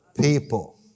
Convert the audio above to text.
people